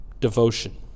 devotion